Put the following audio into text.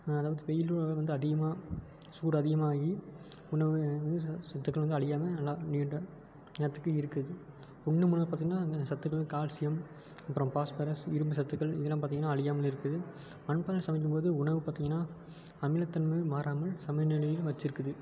வெயில் வந்து அதிகமாக சூடு அதிகமாகி உணவு ச சத்துக்கள் வந்து அழியாம நல்லா நீண்ட நேரத்துக்கு இருக்குது இன்னம் மொதல் பார்த்தீங்கனா அந்த சத்துக்கள் கால்சியம் அப்புறோம் பாஸ்பரஸ் இரும்பு சத்துக்கள் இதெலாம் பார்த்தீங்கனா அழியாமல் இருக்குது சமைக்கும் பொழுது உணவு பார்த்தீங்கனா அமிலத்தன்மை மாறாமல் சமநிலையில் வச்சுருக்குது